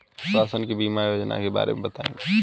शासन के बीमा योजना के बारे में बताईं?